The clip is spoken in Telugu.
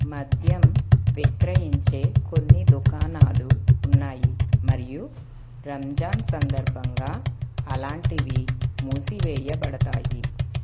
మద్యం విక్రయించే కొన్ని దుకాణాలు ఉన్నాయి మరియు రంజాన్ సందర్భంగా అలాంటివి మూసివెయ్యబడతాయి